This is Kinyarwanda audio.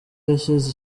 yashyize